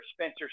Spencer